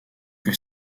que